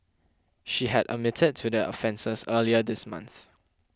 she had admitted to the offences earlier this month